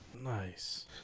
nice